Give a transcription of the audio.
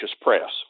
Press